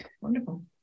Wonderful